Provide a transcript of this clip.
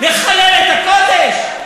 לחלל את הקודש?